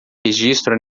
registro